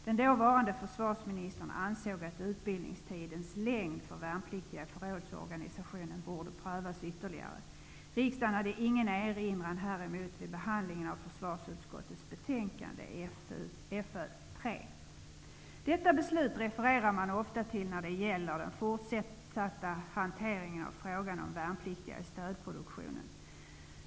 Den dåvarande försvarsministern ansåg att utbildningstidens längd för värnpliktiga i förrådsorganisationen borde prövas ytterligare. Riksdagen hade ingen erinran häremot vid behandlingen av försvarsutskottets betänkande 1989/90:FöU3. Detta beslut referar man ofta till när det gäller den fortsatta hanteringen av frågan om värnpliktiga i stödproduktionen.